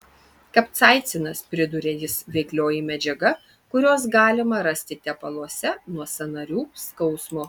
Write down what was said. kapsaicinas priduria jis veiklioji medžiaga kurios galima rasti tepaluose nuo sąnarių skausmo